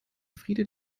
friede